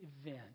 event